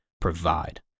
provide